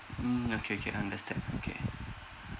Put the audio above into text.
mm okay okay understand okay